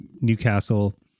Newcastle